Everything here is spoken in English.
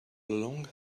along